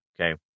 Okay